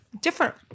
Different